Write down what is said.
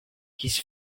his